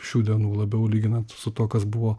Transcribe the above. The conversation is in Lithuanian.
šių dienų labiau lyginant su tuo kas buvo